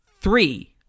Three